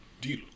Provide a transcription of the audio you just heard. deal